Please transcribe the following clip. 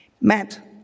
Matt